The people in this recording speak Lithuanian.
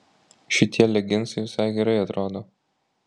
šitie leginsai visai gerai atrodo